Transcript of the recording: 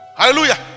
Hallelujah